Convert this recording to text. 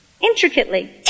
intricately